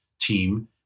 team